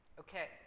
Okay